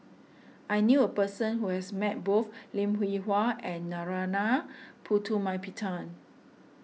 I knew a person who has met both Lim Hwee Hua and Narana Putumaippittan